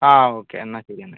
okay എന്നാ ശരി